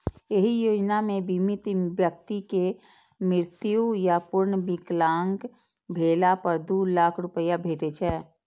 एहि योजना मे बीमित व्यक्ति के मृत्यु या पूर्ण विकलांग भेला पर दू लाख रुपैया भेटै छै